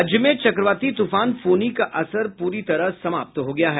राज्य में चक्रवाती तूफान फोनी का असर पूरी तरह समाप्त हो गया है